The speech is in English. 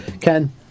Ken